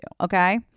Okay